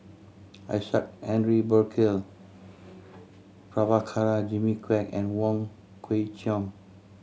Isaac Henry Burkill Prabhakara Jimmy Quek and Wong Kwei Cheong